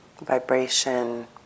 vibration